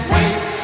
Wait